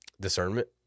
discernment